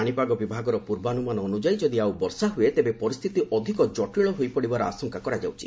ପାଣିପାଗ ବିଭାଗର ପୂର୍ବାନୁମାନ ଅନୁଯାୟୀ ଯଦି ଆଉ ବର୍ଷା ହୁଏ ତେବେ ପରିସ୍ଥିତି ଅଧିକ ଜଟିଳ ହୋଇପଡ଼ିବାର ଆଶଙ୍କା କରାଯାଉଛି